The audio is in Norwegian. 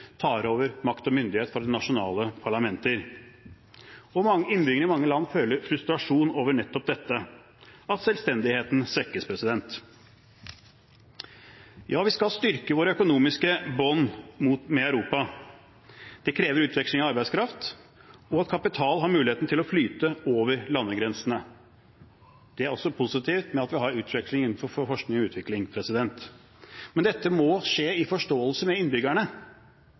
tar over makt og myndighet fra nasjonale parlamenter. Innbyggerne i mange land føler frustrasjon over nettopp dette at selvstendigheten svekkes. Ja, vi skal styrke våre økonomiske bånd med Europa. Det krever utveksling av arbeidskraft og at kapital har muligheten til å flyte over landegrensene. Det er også positivt at vi har utveksling innenfor forskning og utvikling. Men dette må skje i forståelse med innbyggerne.